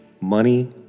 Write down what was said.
money